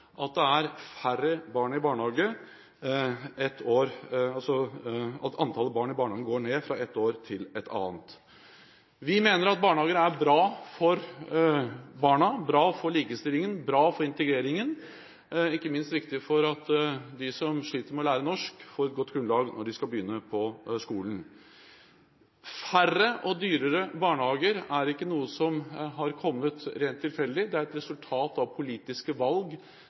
år, går ned fra et år til et annet. Vi mener at barnehager er bra for barna, bra for likestillingen, bra for integreringen og ikke minst viktig for at de som sliter med å lære norsk, får et godt grunnlag før de skal begynne på skolen. Færre og dyrere barnehager er ikke noe som kommer rent tilfeldig. Det er et resultat av politiske valg